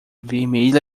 vermelha